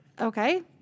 Okay